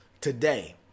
today